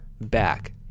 back